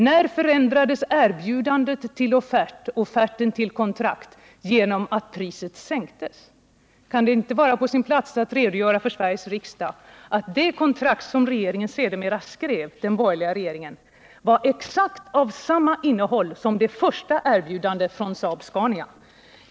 När förändrades erbjudandet till offert och offerten till kontrakt genom att priset sänktes? Kan det inte vara på sin plats att inför Sveriges riksdag redovisa att det kontrakt som den borgerliga regeringen sedermera skrev var av exakt samma innehåll som det första erbjudandet från Saab-Scania?